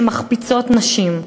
שמחפיצות נשים,